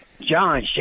John